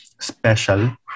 special